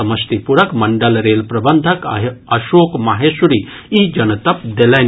समस्तीपुरक मंडल रेल प्रबंधक अशोक माहेश्वरी ई जनतब देलनि